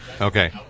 Okay